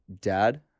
dad